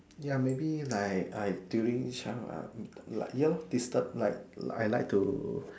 ya maybe like I during child ah like your disturb like I like to